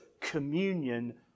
communion